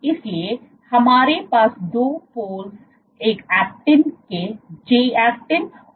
इसलिए हमारे पास दो डंडे ऐक्टिन के जी ऐक्टिन और एफ ऐक्टिन हैं